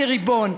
כריבון?